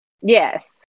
yes